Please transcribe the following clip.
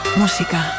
música